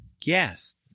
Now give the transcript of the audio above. Yes